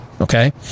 okay